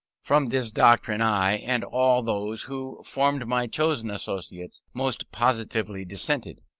from this doctrine, i, and all those who formed my chosen associates, most positively dissented.